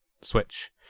Switch